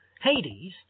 Hades